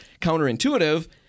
counterintuitive